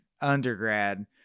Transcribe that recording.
undergrad